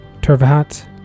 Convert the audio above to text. Turvahat